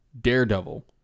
Daredevil